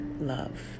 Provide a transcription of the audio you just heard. love